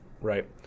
right